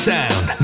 Sound